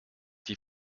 die